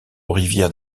rivière